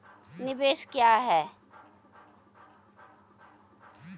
निवेश क्या है?